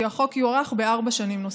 החליטה הוועדה כי החוק יוארך בארבע שנים נוספות.